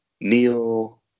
Neil